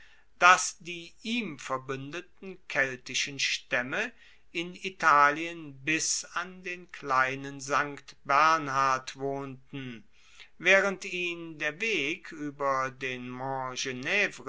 dass die ihm verbuendeten keltischen staemme in italien bis an den kleinen st bernhard wohnten waehrend ihn der weg ueber den